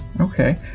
Okay